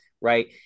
right